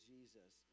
Jesus